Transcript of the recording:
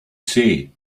say